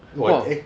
!wah! eh